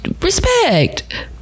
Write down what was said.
respect